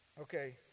Okay